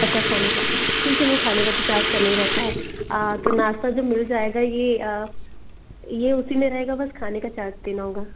अच्छा खाने का ठीक है मैम खाने का तो चार्ज करना ही रहता है तो नाश्ता जो मिल जाएगा ये ये उसी में रहेगा बस खाने का चार्ज देना होगा